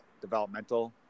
developmental